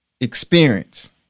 experience